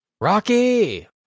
Rocky